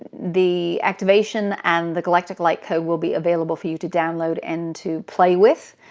the activation and the galactic light code will be available for you to download and to play with.